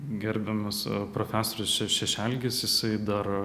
gerbiamas profesorius še šešelgis jisai dar